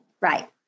Right